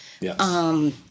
Yes